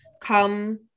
come